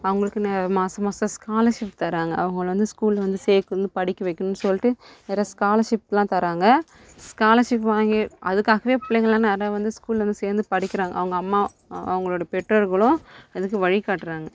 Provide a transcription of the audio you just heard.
அவர்களுக்குனே மாதம் மாதம் ஸ்காலர்ஷிப் தராங்க அவங்களை வந்து ஸ்கூலில் வந்து சேர்க்கணும் படிக்க வைக்குணுன்னு சொல்லிட்டு நிறையா ஸ்காலர்ஷிப்லாம் தராங்க ஸ்காலர்ஷிப் வாங்கி அதுக்காகவே பிள்ளைங்களெலாம் நல்லா வந்து ஸ்கூலில் வந்து சேர்ந்து படிக்கிறாங்க அவங்க அம்மா ஆ அவங்களோட பெற்றோர்களும் அதுக்கு வழி காட்டுறாங்க